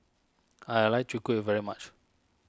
I like Chwee Kueh very much